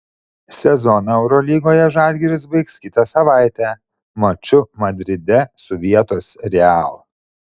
sezoną eurolygoje žalgiris baigs kitą savaitę maču madride su vietos real